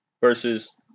versus –